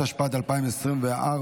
התשפ"ד 2024,